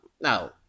no